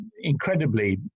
incredibly